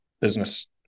business